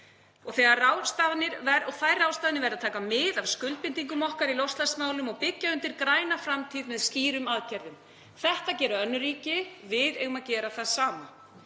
Þær ráðstafanir verða að taka mið af skuldbindingum okkar í loftslagsmálum og byggja undir græna framtíð með skýrum aðgerðum. Þetta gera önnur ríki. Við eigum að gera það sama.